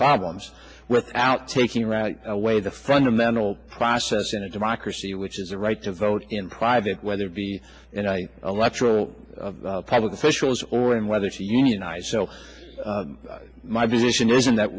problems without taking right away the fundamental process in a democracy which is the right to vote in private whether it be and i a lecturer of public officials or in whether to unionize so my vision isn't that